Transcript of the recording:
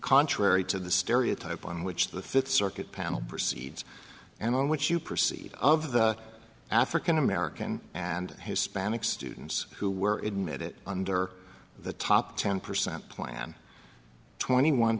contrary to the stereotype on which the fifth circuit panel proceeds and on which you proceed of the african american and hispanic students who were it made it under the top ten percent plan twenty one